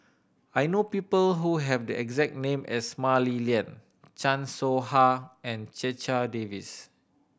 I know people who have the exact name as Mah Li Lian Chan Soh Ha and Checha Davies